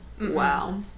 wow